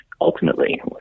ultimately